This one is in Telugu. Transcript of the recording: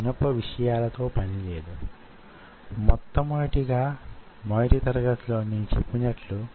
ఆవి కాంటిలివర్ సూత్రం సహాయంతో పని చేస్తాయని అనుకుంటూ వుంటారు